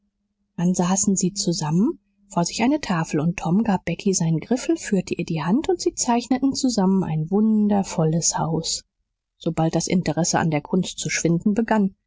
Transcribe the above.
dann saßen sie zusammen vor sich eine tafel und tom gab becky seinen griffel führte ihr die hand und sie zeichneten zusammen ein wundervolles haus sobald das interesse an der kunst zu schwinden begann